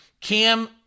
Cam